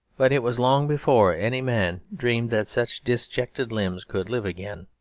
but it was long before any man dreamed that such disjected limbs could live again.